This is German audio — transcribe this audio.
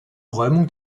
räumung